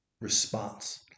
response